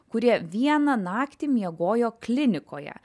kurie vieną naktį miegojo klinikoje